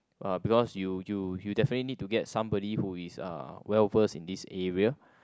uh because you you you definitely need to get somebody who is uh well first in this area